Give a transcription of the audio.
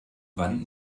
wand